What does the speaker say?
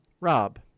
Rob